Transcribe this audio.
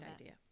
idea